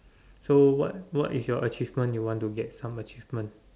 so what what is your achievement you want to get some achievement